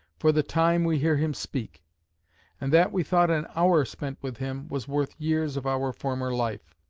for the time we hear him speak and that we thought an hour spent with him, was worth years of our former life.